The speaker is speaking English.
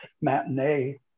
matinee